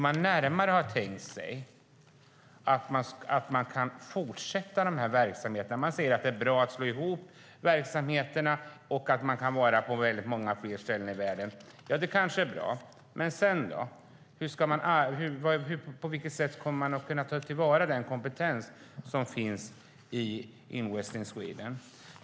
Man säger att det är bra att slå ihop verksamheterna och att man kan vara på väldigt många fler ställen i världen. Ja, det kanske är bra. Men sedan då? På vilket sätt kommer man att kunna ta till vara den kompetens som finns i Invest Sweden?